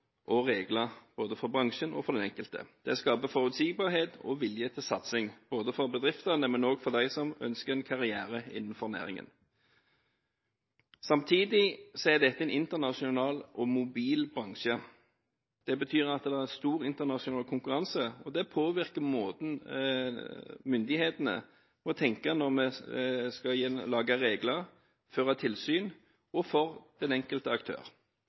og regler både for bransjen og for den enkelte. Det skaper forutsigbarhet og vilje til satsing både for bedriftene og for dem som ønsker en karriere innenfor næringen. Samtidig er dette en internasjonal og mobil bransje. Det betyr at det er stor internasjonal konkurranse. Det påvirker måten myndighetene må tenke på når vi skal lage regler og føre tilsyn, og den enkelte aktør.